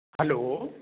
hello